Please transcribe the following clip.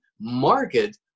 market